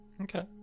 Okay